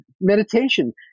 meditation